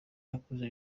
yakuze